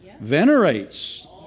venerates